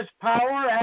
power